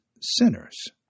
sinners